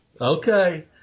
okay